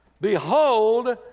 Behold